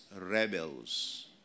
rebels